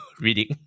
reading